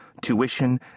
tuition